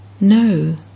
No